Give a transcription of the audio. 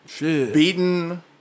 beaten